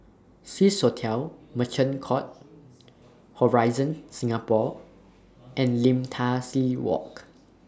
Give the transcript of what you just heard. Swissotel Merchant Court Horizon Singapore and Lim Tai See Walk